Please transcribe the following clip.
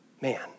Man